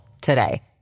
today